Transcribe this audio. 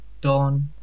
Dawn